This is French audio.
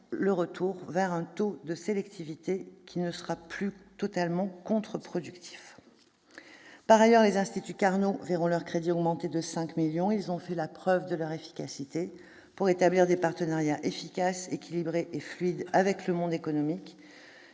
le retour vers un taux de sélectivité qui ne sera plus totalement contre-productif. Par ailleurs, les instituts Carnot verront leurs crédits augmenter de 5 millions d'euros ; ils ont fait la preuve de leur efficacité pour établir des partenariats performants, équilibrés et fluides avec le monde économique.